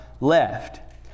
left